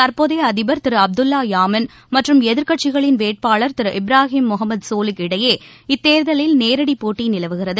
தற்போதைய அதிபர் திரு அப்துல்லா யாமின் மற்றும் எதிர்கட்சிகளின் வேட்பாளர் திரு இப்ராஹிம் முகமத் சோலிக் இடையே இத்தேர்தலில் நேரடி போட்டி நிலவுகிறது